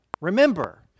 Remember